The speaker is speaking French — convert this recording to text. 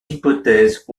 hypothèses